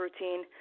routine